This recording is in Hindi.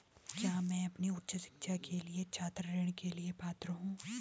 क्या मैं अपनी उच्च शिक्षा के लिए छात्र ऋण के लिए पात्र हूँ?